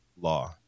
law